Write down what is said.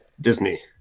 Disney